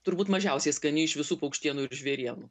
turbūt mažiausiai skani iš visų paukštienų ir žvėrienų